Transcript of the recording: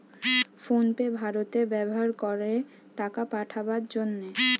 phone pay ভারতে ব্যাভার করে টাকা পাঠাবার জন্যে